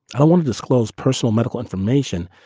i want to disclose personal medical information.